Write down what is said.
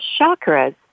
chakras